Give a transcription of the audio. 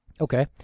Okay